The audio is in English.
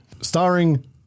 Starring